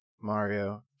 Mario